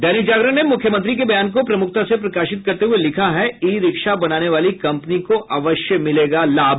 दैनिक जागरण ने मुख्यमंत्री के बयान को प्रमुखता से प्रकाशित करते हुये लिखा है ई रिक्शा बनाने वाली कम्पनी को अवश्य मिलेगा लाभ